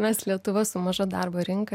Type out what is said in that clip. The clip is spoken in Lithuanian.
mes lietuva su maža darbo rinka